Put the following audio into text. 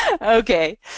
Okay